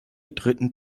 dritten